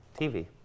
TV